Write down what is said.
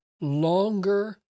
longer